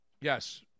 Yes